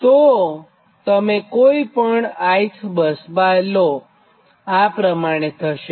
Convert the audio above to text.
તો તમે કોઇપણ ith બસબાર લો આ પ્રમાણે થશે